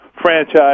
franchise